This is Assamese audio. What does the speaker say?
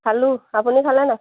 খালোঁ আপুনি খালে নাই